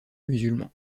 musulman